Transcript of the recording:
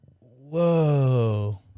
Whoa